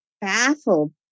baffled